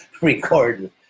record